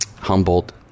Humboldt